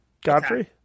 godfrey